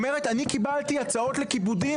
היא אומרת: אני קיבלתי הצעות לכיבודים,